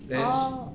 then